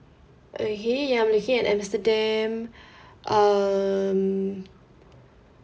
okay ya I'm looking at amsterdam um